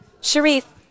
Sharif